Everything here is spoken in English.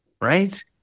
right